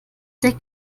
der